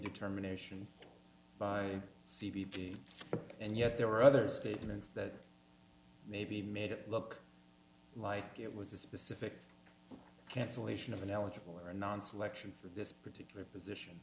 determination by c b p and yet there were other statements that maybe made it look like it was a specific cancellation of ineligible or non selection for this particular position